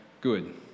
good